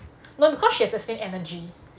no because she has the same energy